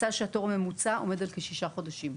הוא מצא שתור ממוצע עומד על כשישה חודשים.